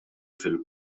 fil